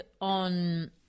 on